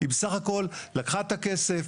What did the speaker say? היא בסך הכול לקחה את הכסף,